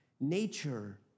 nature